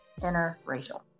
Interracial